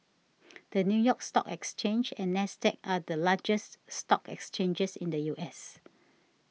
the New York Stock Exchange and NASDAQ are the largest stock exchanges in the U S